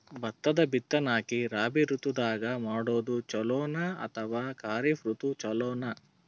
ಭತ್ತದ ಬಿತ್ತನಕಿ ರಾಬಿ ಋತು ದಾಗ ಮಾಡೋದು ಚಲೋನ ಅಥವಾ ಖರೀಫ್ ಋತು ಚಲೋನ?